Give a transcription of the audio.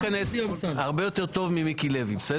לא אכנס --- הרבה יותר טוב ממיקי לוי, בסדר?